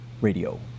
radio